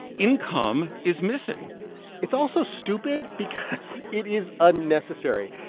income is missing it's also stupid because it is unnecessary.